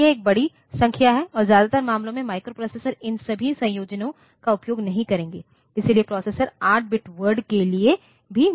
लेकिन यह एक बड़ी संख्या है और ज्यादातर मामलों में माइक्रोप्रोसेसर इन सभी संयोजनों का उपयोग नहीं करेंगे इसलिए प्रोसेसर 8 बिटBit वर्ड के लिए भी डिज़ाइन करता है